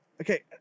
Okay